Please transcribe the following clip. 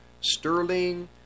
Sterling